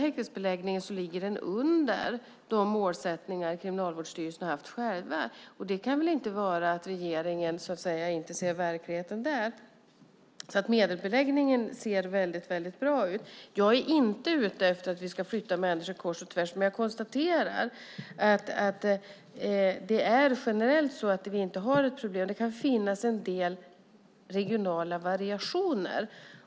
Häktesbeläggningen ligger under den målsättning som Kriminalvården själv har haft. Då kan man inte mena att regeringen inte ser hur verkligheten ser ut. Medelbeläggningen ser alltså mycket bra ut. Jag är inte ute efter att man ska flytta människor kors och tvärs, utan jag konstaterar att det generellt inte finns något problem. Det kan finnas en del regionala variationer.